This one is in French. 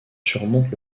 surmonte